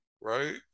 right